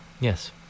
Yes